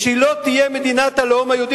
ושהיא לא תהיה מדינת הלאום היהודי,